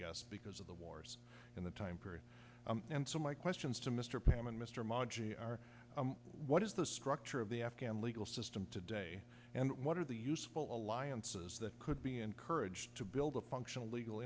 guess because of the wars in the time period and so my questions to mr perelman mr manji are what is the structure of the afghan legal system today and what are the useful alliances that could be encouraged to build a functional legal